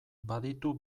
baditu